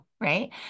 Right